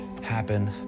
happen